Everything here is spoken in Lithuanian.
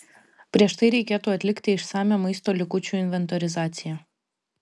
prieš tai reikėtų atlikti išsamią maisto likučių inventorizacija